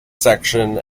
section